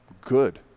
good